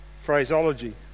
phraseology